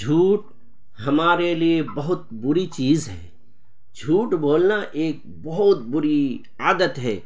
جھوٹ ہمارے لیے بہت بری چیز ہے جھوٹ بولنا ایک بہت بری عادت ہے